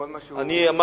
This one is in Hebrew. כל מה שהוא אומר,